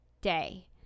day